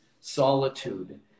solitude